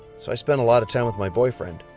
so i spent a lot of time with my boyfriend.